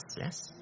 yes